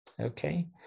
Okay